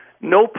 no